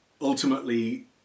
ultimately